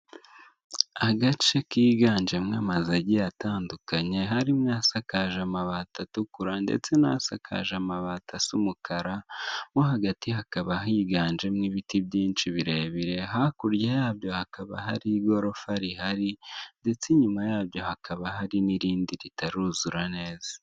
Agace kiganjemo amazu agiye atandukanye harimo asakaje amabati atukura ndetse n'asakaje amabati asa umukara, mo hagati hakaba higanjemo ibiti byinshi birebire hakurya yabyo hakaba hari igorofa rihari ndetse nyuma yabyo hakaba hari n'irindi ritaruzura neza.